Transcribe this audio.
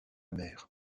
mère